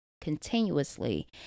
continuously